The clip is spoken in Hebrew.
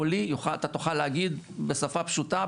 תודה על הדוח.